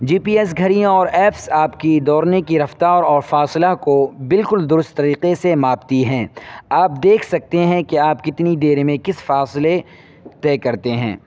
جی P S گھڑیاں اور apps آپ کی دوڑنے کی رفتار اور فاصلے کو بالکل درست طریقے سے ماپتی ہیں آپ دیکھ سکتے ہیں کہ آپ کتنی دیر میں کس فاصلے طے کرتے ہیں